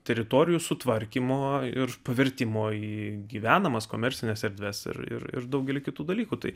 teritorijų sutvarkymo ir pavertimo į gyvenamas komercines erdves ir ir daugelį kitų dalykų tai